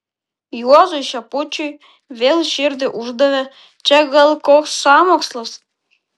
juozui šepučiui vėl širdį uždavė čia gal koks sąmokslas